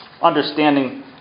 understanding